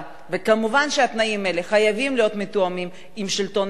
וכמובן שהתנאים האלה חייבים להיות מתואמים עם השלטון המקומי.